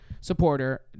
Supporter